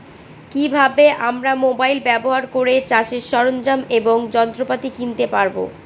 কি ভাবে আমরা মোবাইল ব্যাবহার করে চাষের সরঞ্জাম এবং যন্ত্রপাতি কিনতে পারবো?